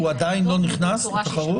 הוא עדיין לא נכנס לתחרות?